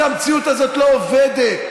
שהמציאות הזאת לא עובדת,